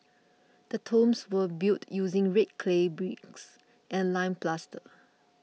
the tombs were built using red clay bricks and lime plaster